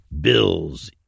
Bill's